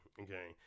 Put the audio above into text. Okay